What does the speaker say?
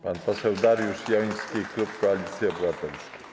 Pan poseł Dariusz Joński, klub Koalicji Obywatelskiej.